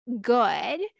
good